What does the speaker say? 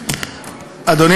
ראשון הדוברים,